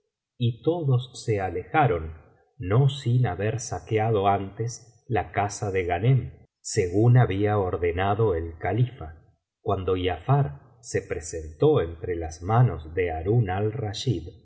y todos se alejaron no sin haber saqueado antes la casa de ghanem según había ordenado el califa cuando giafar se presentó entre las manos de harún